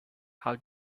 how